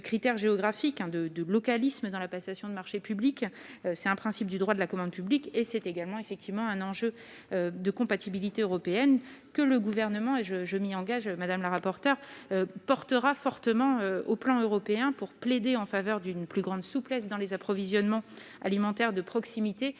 ce critère géographique hein de de localisme dans la passation de marchés publics, c'est un principe du droit de la commande publique et c'est également effectivement un enjeu de compatibilité européenne que le gouvernement et je je m'y engage, madame le rapport. Portera fortement au plan européen pour plaider en faveur d'une plus grande souplesse dans les approvisionnements alimentaires de proximité